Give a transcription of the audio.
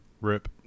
Rip